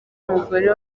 umugore